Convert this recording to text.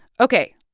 ok.